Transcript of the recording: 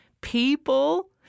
people